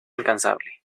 incansable